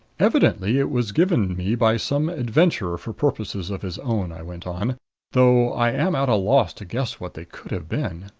evidently it was given me by some adventurer for purposes of his own, i went on though i am at a loss to guess what they could have been.